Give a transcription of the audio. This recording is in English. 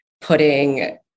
putting